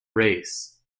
race